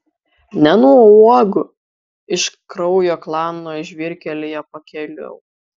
ne nuo uogų iš kraujo klano žvyrkelyje pakėliau